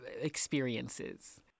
experiences